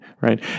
right